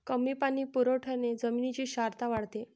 कमी पाणी पुरवठ्याने जमिनीची क्षारता वाढते